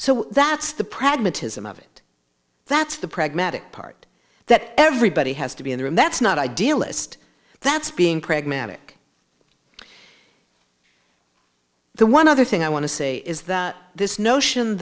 so that's the pragmatism of it that's the pragmatic part that everybody has to be in the room that's not idealist that's being pragmatic the one other thing i want to say is that this notion